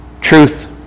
Truth